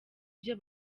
byo